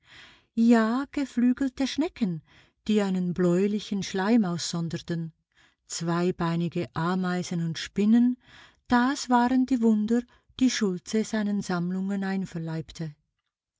ja geflügelte schnecken die einen bläulichen schleim aussonderten zweibeinige ameisen und spinnen das waren die wunder die schultze seinen sammlungen einverleibte